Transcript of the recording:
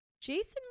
Jason